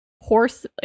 horse